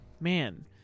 man